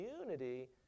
unity